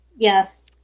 Yes